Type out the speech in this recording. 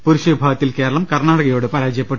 പുരുഷ വിഭാഗത്തിൽ കേരളം കർണ്ണാടകയോട് പരാജയപ്പെട്ടു